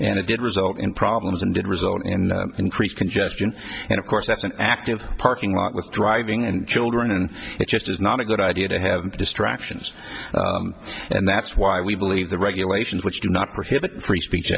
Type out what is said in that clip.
and it did result in problems and did result in increased congestion and of course that's an active parking lot with driving and children and it just is not a good idea to have distractions and that's why we believe the regulations which do not prohibit free speech